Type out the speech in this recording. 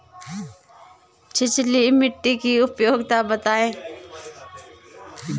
छिछली मिट्टी की उपयोगिता बतायें?